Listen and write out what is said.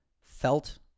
felt